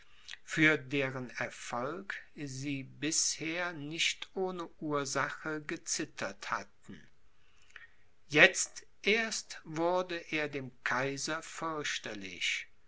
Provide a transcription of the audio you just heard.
für deren erfolg sie bisher nicht ohne ursache gezittert hatten jetzt erst wurde er dem kaiser